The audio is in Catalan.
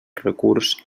recurs